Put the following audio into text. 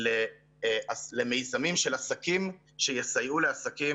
גם הצעות מקצועיות שלנו לגבי איך אמורים להיראות המענקים